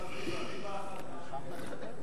ריבה, קצת דבש.